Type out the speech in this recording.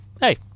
hey